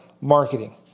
marketing